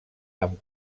amb